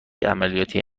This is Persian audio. عملیاتی